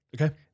okay